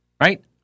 Right